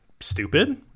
stupid